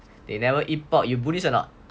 they never eat pork you buddhist or not